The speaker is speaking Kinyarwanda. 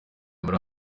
muri